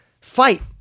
fight